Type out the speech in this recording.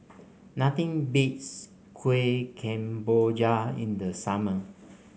nothing beats Kueh Kemboja in the summer